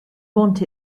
want